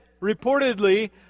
reportedly